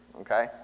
okay